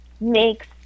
makes